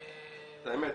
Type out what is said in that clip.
את האמת.